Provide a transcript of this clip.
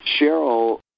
Cheryl